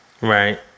Right